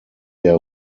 der